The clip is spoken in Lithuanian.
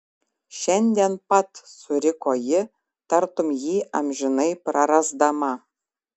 šiandien pat suriko ji tartum jį amžinai prarasdama